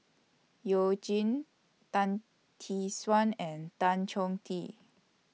YOU Jin Tan Tee Suan and Tan Chong Tee